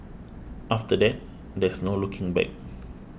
after that there's no looking back